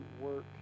work